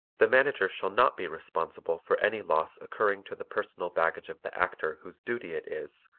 the manager shall not be responsible for any loss occurring to the personal baggage of the actor whose duty it is,